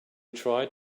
tried